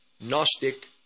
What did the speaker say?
Gnostic